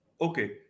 Okay